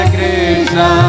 Krishna